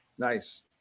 Nice